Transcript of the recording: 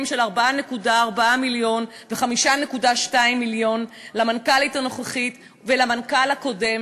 של 4.4 מיליון ו-5.2 מיליון למנכ"לית הנוכחית ולמנכ"ל הקודם,